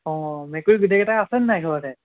অঁ মেকুৰী গোটেইকেইটা আছে নাই ঘৰতে